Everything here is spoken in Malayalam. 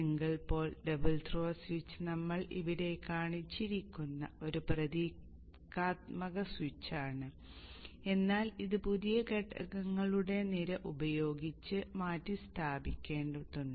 single pole double throw switch നമ്മൾ ഇവിടെ കാണിച്ചിരിക്കുന്ന ഒരു പ്രതീകാത്മക സ്വിച്ചാണ് എന്നാൽ ഇത് പുതിയ ഘടകങ്ങളുടെ നിര ഉപയോഗിച്ച് മാറ്റിസ്ഥാപിക്കേണ്ടതുണ്ട്